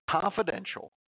confidential